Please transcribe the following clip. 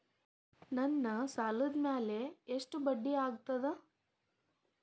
ನನ್ನ ಸಾಲದ್ ಮ್ಯಾಲೆ ಎಷ್ಟ ಬಡ್ಡಿ ಆಗ್ತದ?